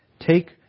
Take